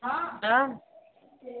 हँ